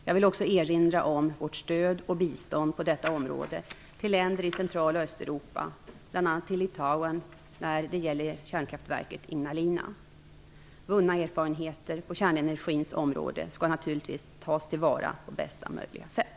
Jag vill också erinra om vårt stöd och bistånd på detta område till länder i Central och Östeuropa, bl.a. till Litauen när det gäller kärnkraftverket Ignalina. Vunna erfarenheter på kärnenergins område skall naturligtvis tas till vara på bästa möjliga sätt.